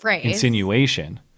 insinuation